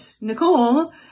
Nicole